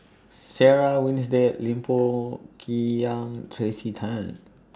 Sarah Winstedt Lim Pong Kim Yang Tracey Tan